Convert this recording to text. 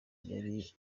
yari